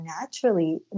naturally